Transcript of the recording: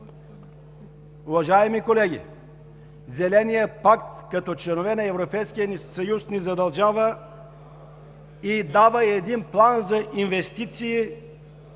Уважаеми колеги, Зеленият пакт като членове на Европейския съюз ни задължава и дава един план за инвестиции